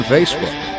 Facebook